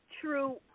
true